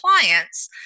clients